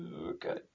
Okay